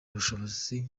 ubushobozi